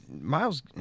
Miles